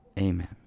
Amen